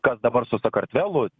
kas dabar su sakartvelu